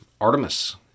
Artemis